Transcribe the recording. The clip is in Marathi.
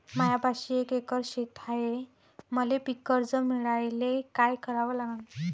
मायापाशी एक एकर शेत हाये, मले पीककर्ज मिळायले काय करावं लागन?